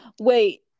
Wait